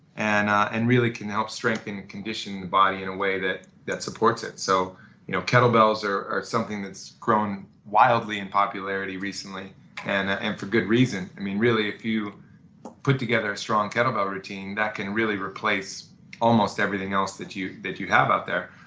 and and really can help strengthen and condition the body in a way that, that supports it so you know kettle bells are are something that's grown wildly in popularity recently and ah and for good reason. i mean, really, if you put together a strong kettle bell routine that can really replace almost everything else that you that you have out there,